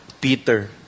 Peter